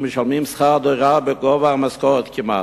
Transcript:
ומשלמים שכר דירה כמעט בגובה המשכורת.